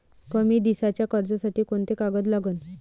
कमी दिसाच्या कर्जासाठी कोंते कागद लागन?